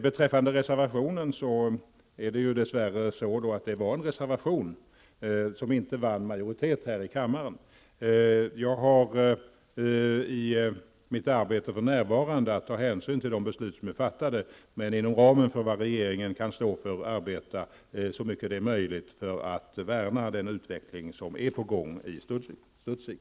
Beträffande reservationen vill jag säga att den dessvärre inte vann majoritet här i kammaren. Jag har i mitt arbete för närvarande att ta hänsyn till de beslut som är fattade, men inom ramen för vad regeringen kan stå för skall jag arbeta så mycket som möjligt för att värna den utveckling som är på gång i Studsvik.